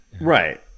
right